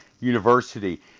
University